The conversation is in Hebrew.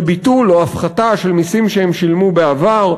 וביטול או הפחתה של מסים שהן שילמו בעבר,